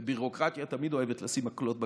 וביורוקרטיה תמיד אוהבת לשים מקלות בגלגלים,